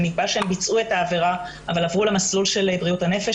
שנקבע שהם ביצעו את העבירה אבל עברו למסלול של בריאות הנפש,